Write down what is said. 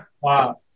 Wow